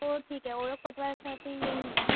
हो ठीक आहे ओळख पटवायसाठी येईन मी